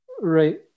Right